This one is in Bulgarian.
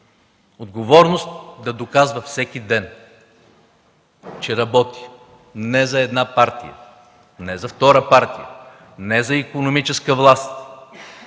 отговорност да доказва всеки ден, че работи не за една партия, не за втора партия, не за икономическа власт,